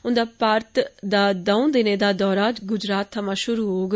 उंदा भारत दा दर्ऊ दिने दा दौरा गुजरात थमां शुरू होग